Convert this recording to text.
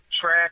track